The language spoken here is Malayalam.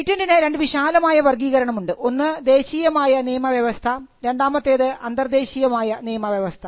പേറ്റന്റിന് രണ്ട് വിശാലമായ വർഗീകരണം ഉണ്ട് ഒന്ന് ദേശീയമായ നിയമവ്യവസ്ഥ രണ്ടാമത്തേത് അന്തർദേശീയവുമായ നിയമവ്യവസ്ഥ